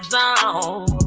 Zone